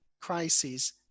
crises